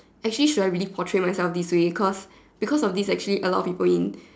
actually should I really portrait myself this way cause because of this actually a lot of people in